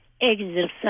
exercise